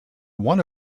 one